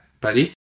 buddy